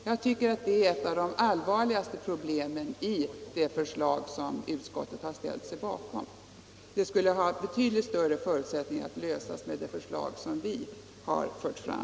Jag tycker att det är ett av de allvarligaste problemen i det förslag som utskottet ställt sig bakom. Det skulle ha betydligt större förutsättningar att lösas med det förslag som vi fört fram.